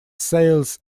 sales